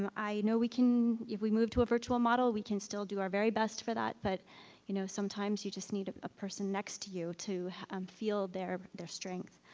um i know we can, if we move to a virtual model, we can still do our very best for that. but you know, sometimes you just need a person next to you to um feel their their strength.